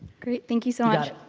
great, thank you so much